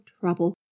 trouble